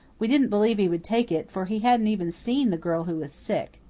we didn't believe he would take it, for he hadn't even seen the girl who was sick.